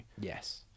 yes